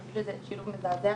שזה שילוב מזעזע